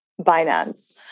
Binance